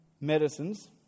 medicines